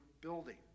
building